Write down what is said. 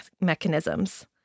mechanisms